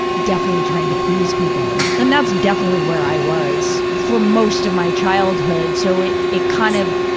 definitely trying to please people. and that's definitely where i was for most of my childhood. so it, it kind of,